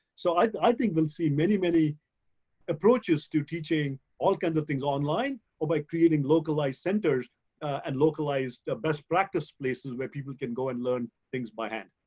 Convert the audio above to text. so i think we'll see many, many approaches to teaching all kinds of things online or by creating localized centers and localized best practice places where people can go and learn things by hand.